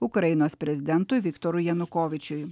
ukrainos prezidentui viktorui janukovyčiui